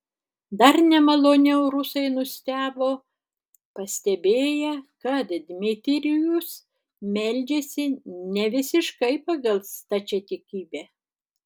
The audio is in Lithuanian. dar nemaloniau rusai nustebo pastebėję kad dmitrijus meldžiasi nevisiškai pagal stačiatikybę